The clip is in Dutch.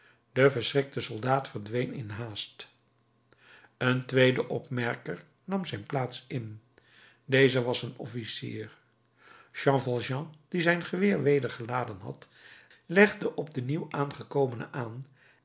de verschrikte soldaat verdween in haast een tweede opmerker nam zijn plaats in deze was een officier jean valjean die zijn geweer weder geladen had legde op den nieuw aangekomene aan